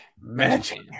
Magic